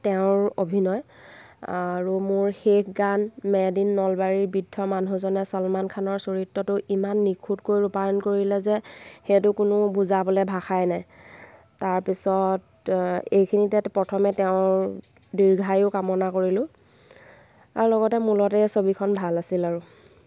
তেওঁৰ অভিনয় আৰু মোৰ শেষ গান মেইড ইন নলবাৰীৰ বৃদ্ধ মানুহজনে চলমান খানৰ চৰিত্ৰতো ইমান নিখুঁট কৰি ৰূপায়ন কৰিলে যে সেইটো কোনো বুজাবলৈ ভাষাই নাই তাৰপিছত এইখিনিতে প্ৰথমে তেওঁৰ দীৰ্ঘায়ু কামনা কৰিলোঁ আৰু লগতে মূলতে এই ছবিখন ভাল আছিল আৰু